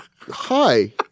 hi